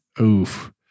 Oof